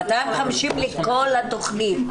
250 מיליון לכל התכנית.